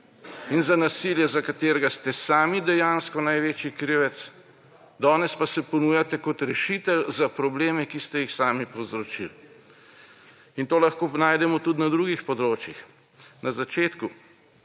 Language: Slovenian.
in za nasilje, za katerega ste sami dejansko največji krivec, danes pa se ponujate kot rešitelj za probleme, ki ste jih sami povzročili. To lahko najdemo tudi na drugih področjih. Na začetku